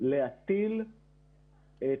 להטיל את